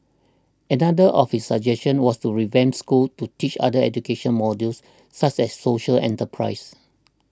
another of his suggestion was to revamp schools to teach other education models such as social enterprise